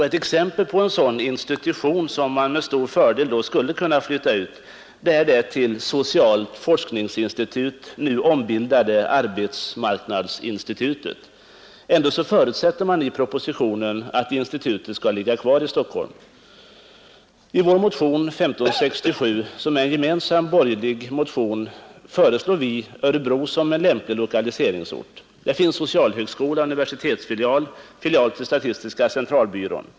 Ett exempel på en sådan institution som man med stor fördel skulle kunna flytta ut är det till socialt forskningsinstitut nu ombildade arbetsmarknadsinstitutet. Ändå förutsätter man i propositionen att institutet skall ligga kvar i Stockholm. I vår motion nr 1567 som är en gemensam borgerlig motion föreslår vi Örebro som en lämplig lokaliseringsort. Där finns socialhögskola, universitetsfilial, filial till statistiska centralbyrån.